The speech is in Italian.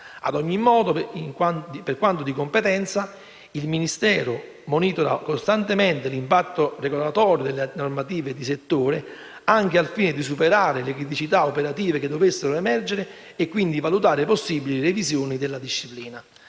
Ad ogni modo, per quanto di competenza, il Ministero monitora costantemente l'impatto regolatorio delle normative di settore, anche al fine di superare le criticità operative che dovessero emergere e valutare possibili revisioni della disciplina.